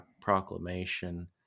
Proclamation